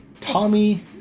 Tommy